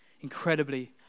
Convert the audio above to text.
incredibly